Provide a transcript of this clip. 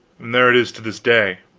there it is to this day,